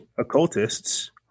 Occultists